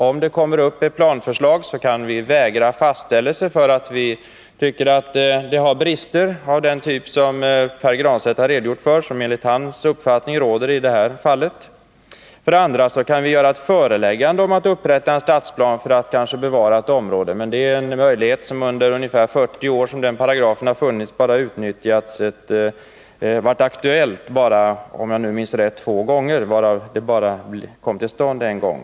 Om man kommer med ett planförslag kan vi för det första vägra fastställelse, om vi tycker att det har brister av den typ som Pär Granstedt att förhindra be redogjort för och som enligt hans uppfattning föreligger i det här fallet. För det andra kan vi göra ett föreläggande om att upprätta stadsplan för att bevara området. Men det är en möjlighet som, om jag nu minns rätt, under de ungefär 40 år som paragrafen funnits har varit aktuell bara vid två tillfällen och kommit att tillämpas bara en gång.